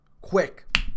quick